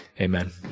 Amen